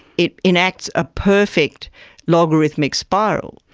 it enacts a perfect logarithmic spiral.